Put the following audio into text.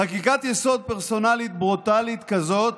חקיקת יסוד פרסונלית ברוטלית כזאת,